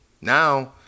Now